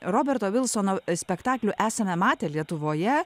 roberto vilsono spektaklių esame matę lietuvoje